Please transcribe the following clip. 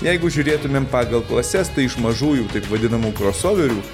jeigu žiūrėtumėm pagal klases iš mažųjų taip vadinamų krosoverių